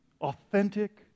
authentic